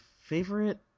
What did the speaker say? favorite